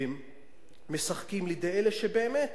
לידי אלה שבאמת